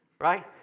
Right